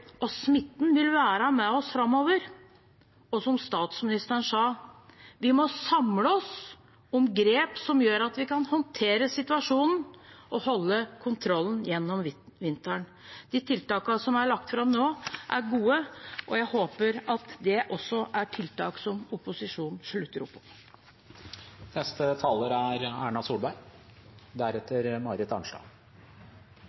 og smitten vil være med oss framover. Og som statsministeren sa: Vi må samle oss om grep som gjør at vi kan håndtere situasjonen og beholde kontrollen gjennom vinteren. De tiltakene som er lagt fram nå, er gode, og jeg håper at det også er tiltak som opposisjonen slutter opp